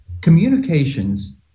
Communications